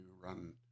run